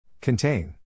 Contain